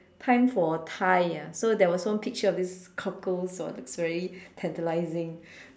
time for Thai ah so there was one picture of this cockles !wah! looks very tantalising